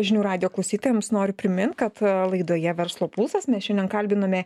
žinių radijo klausytojams noriu primint kad laidoje verslo pulsas mes šiandien kalbinome